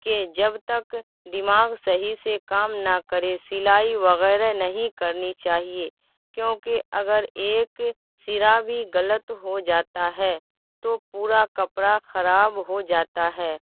کہ جب تک دماغ صحیح سے کام نہ کرے سلائی وغیرہ نہیں کرنی چاہیے کیونکہ اگر ایک سرا بھی غلط ہو جاتا ہے تو پورا کپڑا خراب ہو جاتا ہے